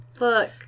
Look